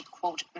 quote